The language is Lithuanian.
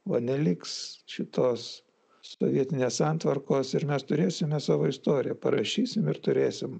va neliks šitos sovietinės santvarkos ir mes turėsime savo istoriją parašysim ir turėsim